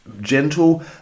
gentle